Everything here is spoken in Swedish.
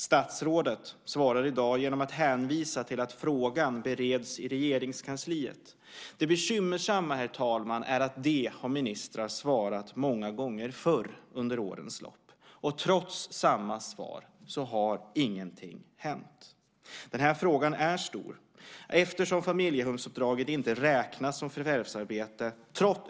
Statsrådet svarar i dag genom att hänvisa till att frågan bereds i Regeringskansliet. Det bekymmersamma, herr talman, är att det har ministrar svarat många gånger förr under årens lopp. Och trots detta svar har inget hänt. Den här frågan är stor eftersom familjehemsuppdraget inte räknas som förvärvsarbete.